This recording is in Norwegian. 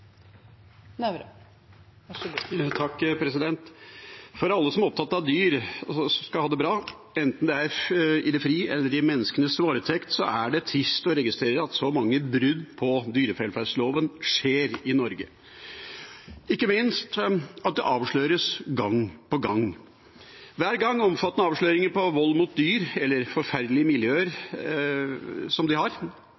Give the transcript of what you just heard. opptatt av at dyr skal ha det bra, enten det er i det fri eller i menneskenes varetekt, er det trist å registrere at det skjer så mange brudd på dyrevelferdsloven i Norge, og ikke minst at det avsløres gang på gang. Hver gang omfattende avsløringer av vold mot dyr, forferdelige miljøer,